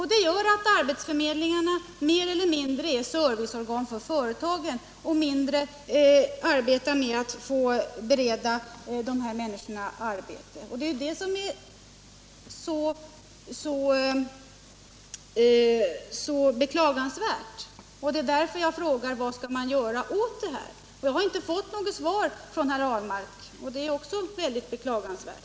Det gör att arbetsförmedlingarna är mer serviceorgan för företagen och mindre arbetar med att söka bereda handikappade arbete. Detta är beklagligt, och det är därför som jag frågar vad man skall kunna göra åt det här. Jag har inte fått något svar av herr Ahlmark. Det är också beklagligt.